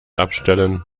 abstellen